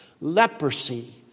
Leprosy